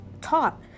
taught